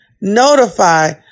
notify